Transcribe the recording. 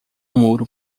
muro